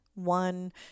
One